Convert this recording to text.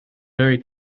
very